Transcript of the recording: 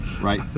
right